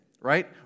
right